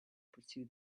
pursue